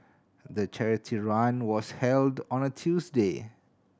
the charity run was held on a Tuesday